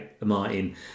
Martin